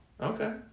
Okay